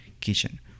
kitchen